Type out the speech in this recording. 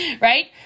right